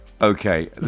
Okay